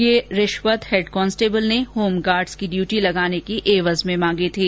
ये रिश्वत head constable ने होमगार्ड्स की ड्यूटी लगाने की एवज में मांगी थी